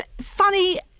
funny